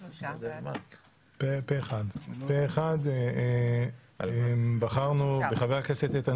הצבעה אושר פה אחד פה אחד בחרנו בחבר הכנסת איתן